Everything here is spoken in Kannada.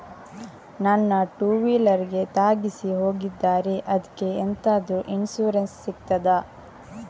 ನನ್ನ ಟೂವೀಲರ್ ಗೆ ತಾಗಿಸಿ ಹೋಗಿದ್ದಾರೆ ಅದ್ಕೆ ಎಂತಾದ್ರು ಇನ್ಸೂರೆನ್ಸ್ ಸಿಗ್ತದ?